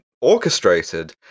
orchestrated